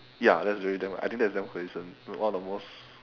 ya that was very damn I think that is damn coincident one of the most